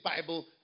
Bible